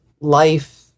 life